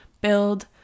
build